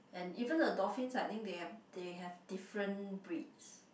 and even the dolphins I think they have they have different breeds